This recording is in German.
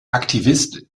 aktivist